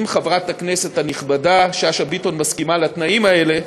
אם חברת הכנסת הנכבדה שאשא ביטון מסכימה לתנאים האלה,